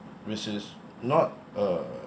which is not a